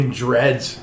dreads